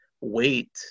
wait